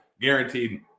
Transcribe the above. guaranteed